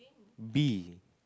bee